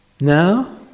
Now